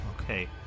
Okay